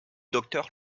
docteur